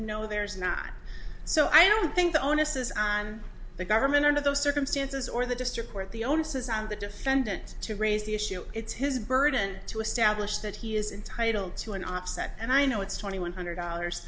no there's not so i don't think the onus is on the government under those circumstances or the district court the onus is on the defendant to raise the issue it's his burden to establish that he is entitled to an op set and i know it's twenty one hundred dollars